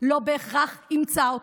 לא בהכרח ימצא אותו.